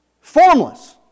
Formless